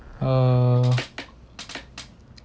uh